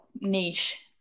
niche